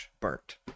burnt